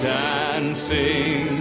dancing